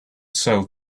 sell